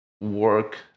work